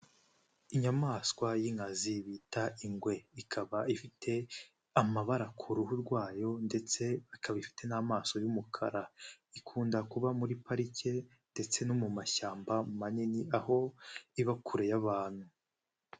Inyamaswa y'inkazi bita ingwe, ikaba ifite amabara ku ruhu rwayo ndetse ikaba ifite n'amaso y'umukara, ikunda kuba muri parike ndetse no mu mashyamba manini aho iba kure y'abantu.